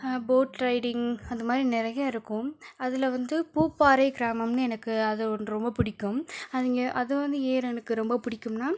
boat riding அந்த மாதிரி நிறைய இருக்கும் அதில் வந்து பூப்பாறை கிராமம்னு எனக்கு அதை ஒன்று ரொம்ப பிடிக்கும் அவங்க அது வந்து ஏன் எனக்கு ரொம்ப பிடிக்கும்னால்